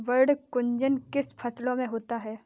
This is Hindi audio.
पर्ण कुंचन किन फसलों में होता है?